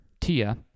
TIA